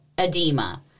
edema